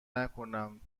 نکنم